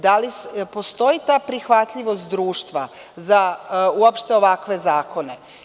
Da li postoji ta prihvatljivost društva za uopšte ovakve zakone?